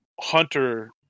Hunter